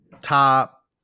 top